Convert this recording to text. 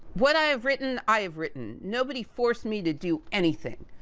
what i have written, i have written. nobody forced me to do anything.